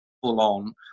full-on